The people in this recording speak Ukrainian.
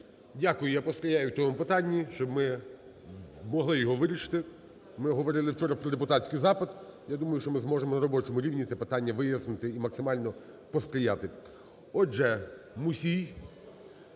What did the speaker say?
Дякую. Я посприяю в цьому питанні, щоб ми могли його вирішити. Ми говорили вчора про депутатський запит. Я думаю, що ми зможемо на робочому рівні це питання вияснити і максимально посприяти. Отже, Мусій